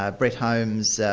ah brett holmes,